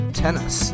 tennis